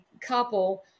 couple